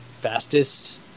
fastest